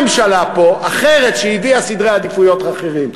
ממשלה אחרת שהביאה סדרי עדיפויות אחרים.